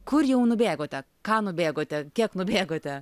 kur jau nubėgote ką nubėgote kiek nubėgote